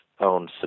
owned